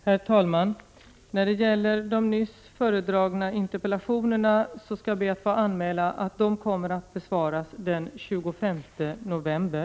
Herr talman! Beträffande de aktuella interpellationerna ber jag att få meddela att de på grund av arbetsbelastning kommer att besvaras först den 25 november.